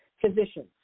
physicians